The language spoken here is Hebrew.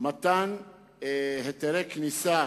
מתן היתרי כניסה